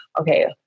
okay